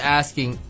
asking